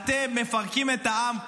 אתם מפרקים את העם,